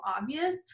obvious